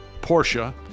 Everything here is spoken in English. Porsche